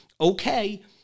Okay